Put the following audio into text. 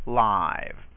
live